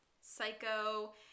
Psycho